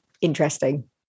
interesting